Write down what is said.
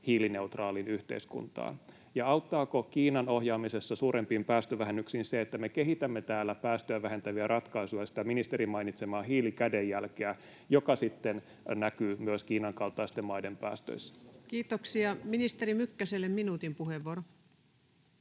hiilineutraaliin yhteiskuntaan? Ja auttaako Kiinan ohjaamisessa suurempiin päästövähennyksiin se, että me kehitämme täällä päästöjä vähentäviä ratkaisuja ja sitä ministerin mainitsemaa hiilikädenjälkeä, mikä sitten näkyy myös Kiinan kaltaisten maiden päästöissä? Kiitoksia. — Ministeri Mykkäselle minuutin puheenvuoro.